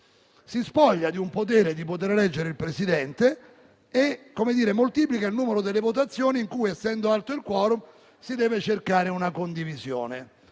si spoglia del potere di eleggere il Presidente e moltiplica il numero delle votazioni; votazioni nelle quali, essendo alto il *quorum*, si deve cercare una condivisione.